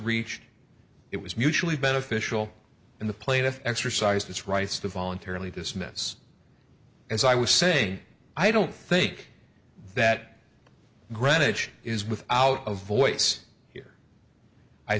reached it was mutually beneficial and the plaintiff exercised its rights to voluntarily dismiss as i was saying i don't think that greenwich is without a voice here i